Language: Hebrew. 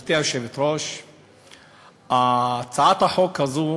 גברתי היושבת-ראש, הצעת החוק הזו